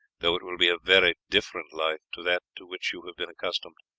though it will be a very different life to that to which you have been accustomed.